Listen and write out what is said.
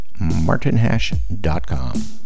martinhash.com